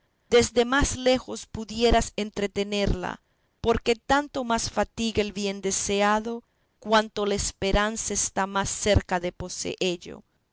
desde más lejos pudieras entretenerla porque tanto más fatiga el bien deseado cuanto la esperanza está más cerca de poseello pero